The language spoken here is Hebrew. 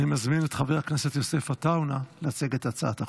אני מזמין את חבר הכנסת יוסף עטאונה להציג את הצעת החוק,